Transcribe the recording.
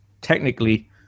technically